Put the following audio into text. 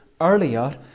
earlier